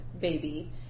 baby